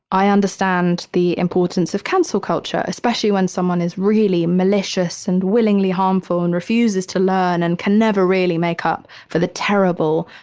i understand the importance of cancel culture, especially when someone is really malicious and willingly harmful and refuses to learn and can never really make up for the terrible,